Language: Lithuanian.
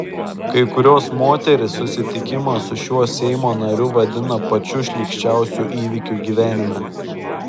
kai kurios moterys susitikimą su šiuo seimo nariu vadina pačiu šlykščiausiu įvykiu gyvenime